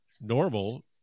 normal